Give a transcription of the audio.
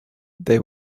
they